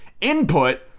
input